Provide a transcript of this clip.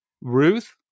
Ruth